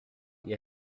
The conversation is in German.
ihr